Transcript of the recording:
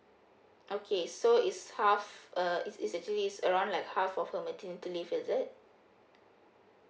okay so it's half uh it's it's actually it's around like half of her maternity leave is it